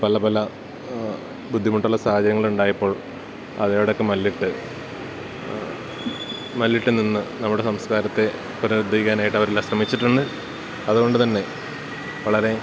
പല പല ബുദ്ധിമുട്ടുള്ള സാഹചര്യങ്ങളുണ്ടായപ്പോൾ അതിനോടക്കെ മല്ലിട്ട് മല്ലിട്ട് നിന്ന് നമ്മുടെ സംസ്കാരത്തെ പുനരുദ്ധീയ്ക്കാനായിട്ട് അവരെല്ലാം ശ്രമിച്ചിട്ടുണ്ട് അതുകൊണ്ട് തന്നെ വളരെ